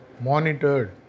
monitored